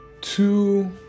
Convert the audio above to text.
Two